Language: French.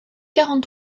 quarante